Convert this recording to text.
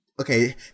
Okay